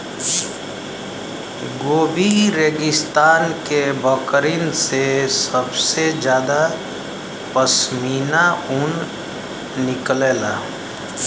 Gobi रेगिस्तान के बकरिन से सबसे जादा पश्मीना ऊन निकलला